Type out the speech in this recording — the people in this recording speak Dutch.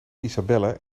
isabelle